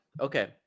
okay